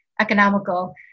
economical